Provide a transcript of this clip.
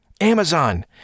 Amazon